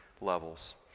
levels